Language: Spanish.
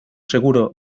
seguro